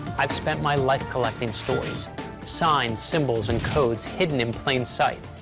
i've spent my life collecting stories signs, symbols, and codes hidden in plain sight.